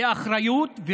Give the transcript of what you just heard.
באחריות,